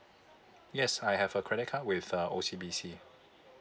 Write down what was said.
yes I have a credit card with uh O_C_B_C